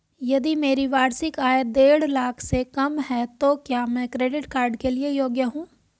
यदि मेरी वार्षिक आय देढ़ लाख से कम है तो क्या मैं क्रेडिट कार्ड के लिए योग्य हूँ?